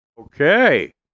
Okay